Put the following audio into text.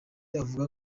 avuga